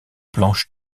planches